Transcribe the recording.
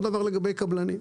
אותו דבר לגבי קבלנים.